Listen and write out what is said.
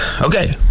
Okay